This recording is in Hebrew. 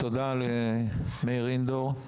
תודה למאיר אינדור.